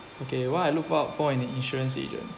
okay what I look out for in an insurance agent